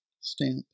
stamp